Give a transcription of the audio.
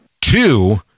Two